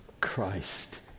Christ